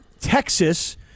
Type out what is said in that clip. Texas